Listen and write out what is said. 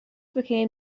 became